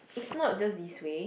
it's not just this way